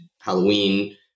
Halloween